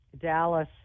Dallas